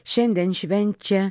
šiandien švenčia